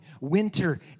Winter